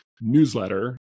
newsletter